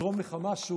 אתרום לך משהו